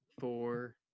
four